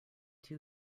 too